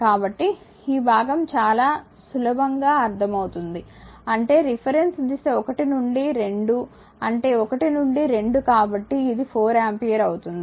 కాబట్టి ఈ భాగం చాలా సులభంగా అర్దమవుతుంది అంటే రిఫరెన్స్ దిశ 1 నుండి 2 అంటే 1 నుండి 2 కాబట్టి ఇది 4 ఆంపియర్ అవుతుంది